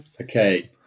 Okay